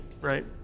right